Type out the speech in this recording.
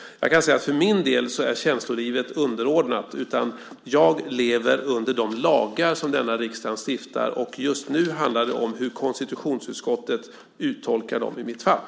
För min del är känslolivet underordnat. Jag lever efter de lagar som riksdagen stiftar och just nu handlar det om hur konstitutionsutskottet uttolkar dem i mitt fall.